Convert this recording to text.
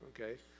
Okay